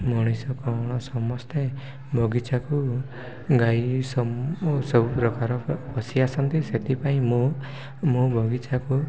ମଣିଷ କ'ଣ ସମସ୍ତେ ବଗିଚାକୁ ଗାଈ ସବୁ ପ୍ରକାର ପଶି ଆସନ୍ତି ସେଥିପାଇଁ ମୁଁ ମୁଁ ବଗିଚାକୁ